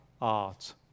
art